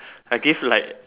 I give like